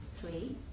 three